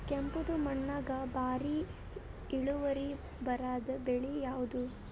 ಕೆಂಪುದ ಮಣ್ಣಾಗ ಭಾರಿ ಇಳುವರಿ ಬರಾದ ಬೆಳಿ ಯಾವುದು?